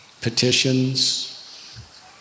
petitions